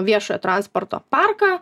viešojo transporto parką